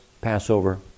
Passover